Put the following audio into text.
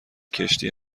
کشتی